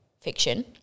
fiction